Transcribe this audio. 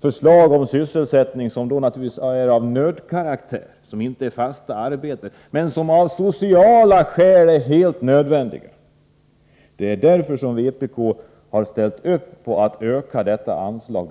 Denna insats är naturligtvis av nödkaraktär, eftersom den inte ger fasta arbeten, men den är av sociala skäl helt nödvändig. Därför har vpk ställt upp på att öka detta anslag.